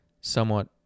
somewhat